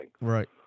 Right